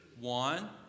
one